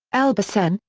elbasan,